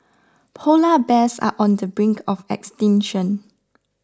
Polar Bears are on the brink of extinction